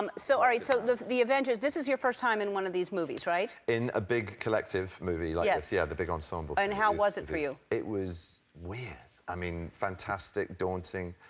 um so so the the avengers this is your first time in one of these movies, right? in a big collective movie like yeah this, yeah, the big ensemble. and how was it for you? it was weird i mean, fantastic, daunting.